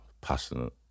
passionate